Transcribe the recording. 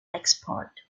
export